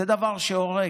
וזה דבר שהורג.